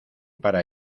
para